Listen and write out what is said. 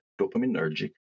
dopaminergic